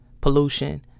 pollution